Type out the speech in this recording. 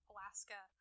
Alaska